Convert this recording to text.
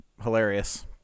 hilarious